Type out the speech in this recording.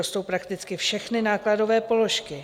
Rostou prakticky všechny nákladové položky.